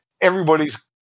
Everybody's